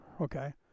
Okay